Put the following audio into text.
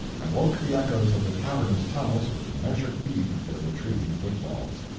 and woke the echoes of the cavernous tunnels with the measured beat of their retreating footfalls.